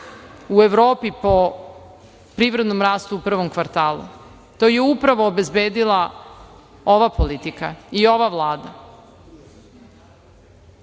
u Evropi po privrednom rastu u prvom kvartalu. To je upravo obezbedila ova politika i ova Vlada.